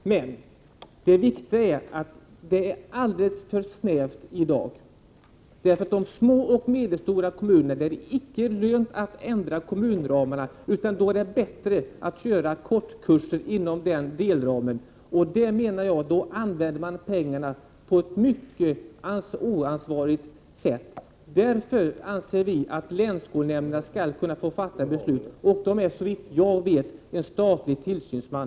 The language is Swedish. Det är alldeles för snävt i dag. I de små och medelstora kommunerna, där det icke är lönt att ändra kommunramarna, skall man köra kortkurser inom delramen. Då använder man pengarna på ett mycket oansvarigt sätt. Därför anser vi att länsskolnämnderna skall kunna fatta beslut. De är såvitt jag vet en statlig tillsynsman.